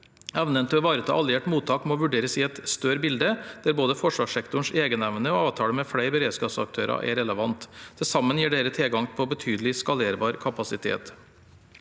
Evnen til å ivareta alliert mottak må vurderes i et større bilde, der både forsvarssektorens egenevne og avtaler med flere beredskapsaktører er relevant. Til sammen gir dette tilgang på en betydelig skalerbar kapasitet.